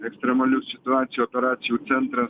ekstremalių situacijų operacijų centras